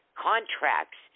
contracts